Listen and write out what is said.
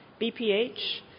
BPH